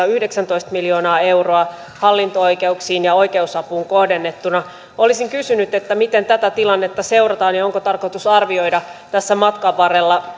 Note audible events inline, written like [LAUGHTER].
[UNINTELLIGIBLE] yhdeksäntoista miljoonaa euroa hallinto oikeuksiin ja oikeusapuun kohdennettuna olisin kysynyt miten tätä tilannetta seurataan ja onko tarkoitus arvioida tässä matkan varrella [UNINTELLIGIBLE]